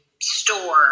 store